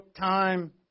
time